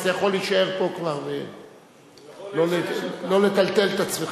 אז אתה יכול להישאר פה כבר ולא לטלטל את עצמך.